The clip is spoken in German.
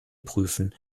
prüfen